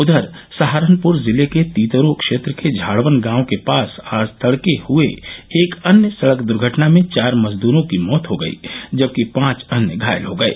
उधर सहारनपुर जिले के तीतरो क्षेत्र के झाड़वन गांव के पास आज तड़के हयी एक अन्य सड़क द्र्घटना में चार मजदूरों की मौत हो गयी जबकि पांच अन्य घायल हो गये